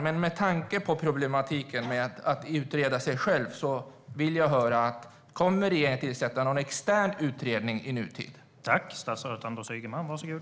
Men med tanke på problematiken i att utreda sig själv vill jag höra om regeringen kommer att tillsätta någon extern utredning i närtid.